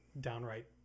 downright